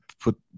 put